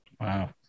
Wow